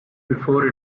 before